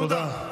תודה.